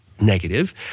Negative